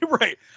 Right